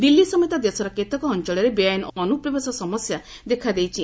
ଦିଲ୍ଲୀ ସମେତ ଦେଶର କେତେକ ଅଞ୍ଚଳରେ ବେଆଇନ୍ ଅନୁପ୍ରବେଶ ସମସ୍ୟା ଦେଖାଦେଇଛି